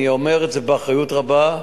אני אומר את זה באחריות רבה.